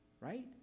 right